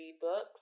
books